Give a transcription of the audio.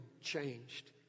changed